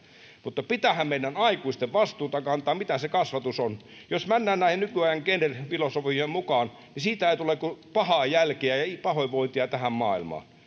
mutta pitäähän meidän aikuisten vastuuta kantaa siitä mitä se kasvatus on jos mennään näihin nykyajan gender filosofioihin mukaan niin siitä ei tule kuin pahaa jälkeä ja pahoinvointia tähän maailmaan